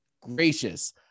gracious